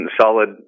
solid